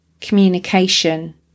communication